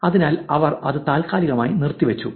അതിനാൽ അവർ അത് താൽക്കാലികമായി നിർത്തിവച്ചു